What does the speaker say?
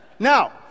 Now